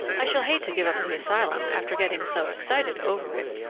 i shall hate to give up the asylum after getting so excited over it,